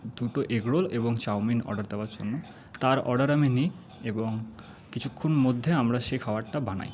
দুটো egg roll এবং chowmein order দেবার জন্য তার অর্ডার আমি নিই এবং কিছুক্ষণ মধ্যে আমরা সেই খাবারটা বানাই